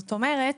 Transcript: זאת אומרת,